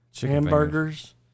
hamburgers